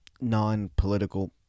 non-political